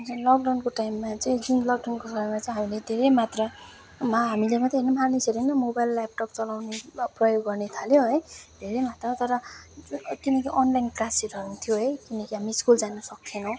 लकडाउनको टाइममा चाहिँ जुन लकडाउनको घरमा चाहिँ हामीले धेरै मात्रामा हामीले मात्रै होइन मानिसहरूले नै मोबाइल ल्यापटप चलाउने प्रयोग गर्ने थाल्यो है धेरै मात्रामा तर किनकि अनलाइन क्लासहरू हुन्थ्यो है किनकि हामी स्कुल जान सक्थेनौँ